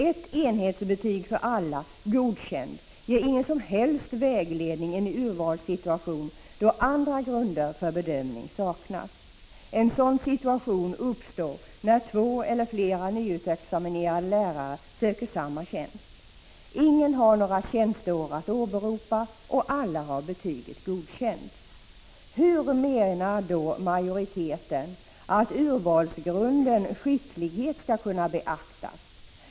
Ett enhetsbetyg för alla, Godkänd, ger ingen som helst vägledning i en urvalssituation då andra grunder för bedömning saknas. En sådan situation uppstår när två eller flera nyutexaminerade lärare söker samma tjänst. Ingen har några tjänsteår att åberopa, och alla har betyget Godkänd. Hur menar då majoriteten att urvalsgrunden skicklighet skall kunna beaktas?